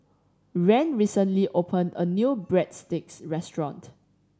Rand recently opened a new Breadsticks restaurant